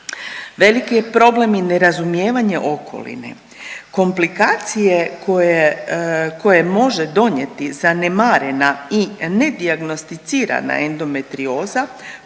oboljelih žena, nerazumijevanje okoline, komplikacije koje može donijeti zanemarena i nedijagnosticirana endometrioza